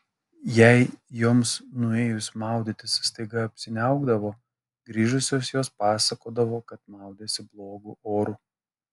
jei joms nuėjus maudytis staiga apsiniaukdavo grįžusios jos pasakodavo kad maudėsi blogu oru